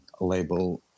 label